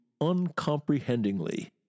uncomprehendingly